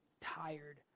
tired